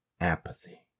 apathy